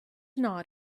not